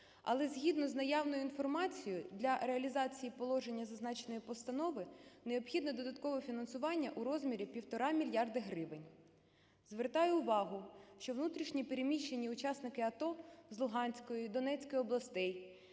Але згідно з наявною інформацією, для реалізації положення зазначеної постанови необхідно додаткове фінансування у розмірі півтора мільярда гривень. Звертаю увагу, що внутрішньо переміщені учасники АТО з Луганської і Донецької областей